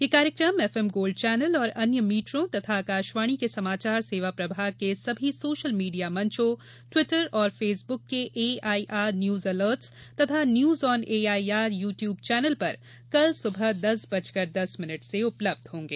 यह कार्यक्रम FM Gold channel और अन्य मीटरों तथा आकाशवाणी के समाचार सेवा प्रभाग के सभी सोशल मीडिया मंचों ट्वीटर और फेसबुक के A I R news alerts तथा news on A I R YouTube channel पर कल सुबह दस बजकर दस मिनट से उपलब्ध होंगे